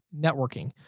networking